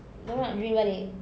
dia orang nak drill balik